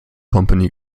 company